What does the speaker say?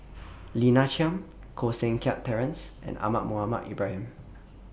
Lina Chiam Koh Seng Kiat Terence and Ahmad Mohamed Ibrahim